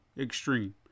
extreme